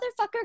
motherfucker